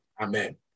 Amen